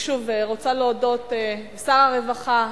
אני שוב רוצה להודות לשר הרווחה,